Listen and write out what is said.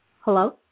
Hello